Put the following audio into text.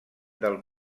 del